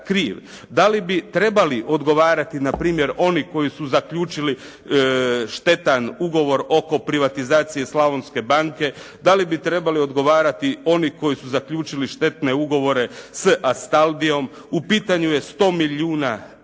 Da li bi trebali odgovarati na primjer oni koji su zaključili štetan ugovor oko privatizacije Slavonske banke? Da li bi trebali odgovarati oni koji su zaključili štetne ugovore s Astaldiom? U pitanju je 100 milijuna EUR-a,